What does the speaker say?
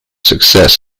success